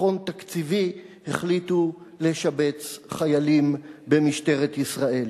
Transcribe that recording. חיסכון תקציבי החליטו לשבץ חיילים במשטרת ישראל.